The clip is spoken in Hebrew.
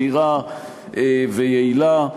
מהירה ויעילה.